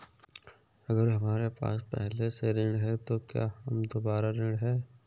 अगर हमारे पास पहले से ऋण है तो क्या हम दोबारा ऋण हैं?